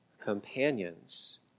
companions